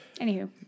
Anywho